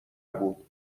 بود